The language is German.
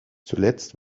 zuletzt